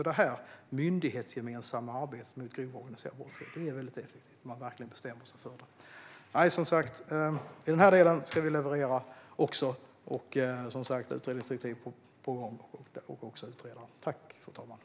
Det myndighetsgemensamma arbetet mot grov organiserad brottslighet är alltså mycket effektivt om man verkligen bestämmer sig för det. Som sagt: Också i den här delen ska vi leverera. Utredningsdirektiv och utredare är på gång.